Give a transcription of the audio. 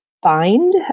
Find